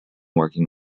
working